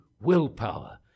willpower